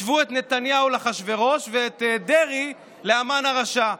השוו את נתניהו לאחשוורוש ואת דרעי להמן הרשע.